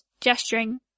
gesturing